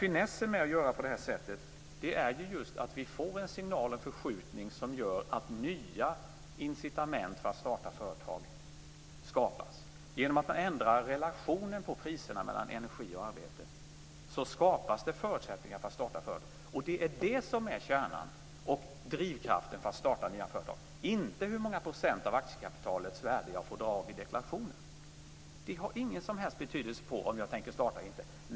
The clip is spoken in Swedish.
Finessen med att göra på det här sättet är ju just att vi får en signal, en förskjutning, som gör att nya incitament för att starta företag skapas. Genom att man ändrar prisrelationen mellan energi och arbete skapas det förutsättningar för att starta företag. Det är det som är kärnan och drivkraften för att starta nya företag - inte hur många procent av aktiekapitalets värde jag får dra av vid deklarationen. Det har ingen som helst betydelse för om jag tänker starta eller inte.